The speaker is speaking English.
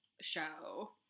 show